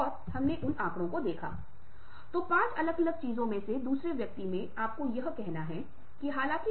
वक्ताओं की तुलना और वर्गीकृत करें उन्हें अलग अलग श्रेणियों में वर्गीकृत करें यह जानें कि किसने किस तरह का रवैया अपनाया है यह महत्वपूर्ण होगा